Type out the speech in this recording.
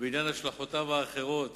ובעניין השלכותיו האחרות